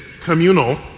communal